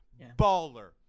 Baller